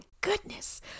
goodness